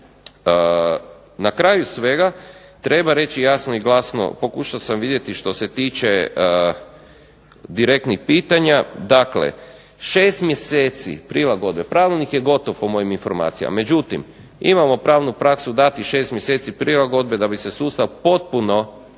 Na kraju svega treba reći jasno i glasno pokušao sam vidjeti što se tiče direktnih pitanja. Dakle, šest mjeseci prilagodbe, Pravilnik je gotov po mojim informacijama. Međutim, imamo pravnu praksu dati šest mjeseci prilagodbe da bi se sustav potpuno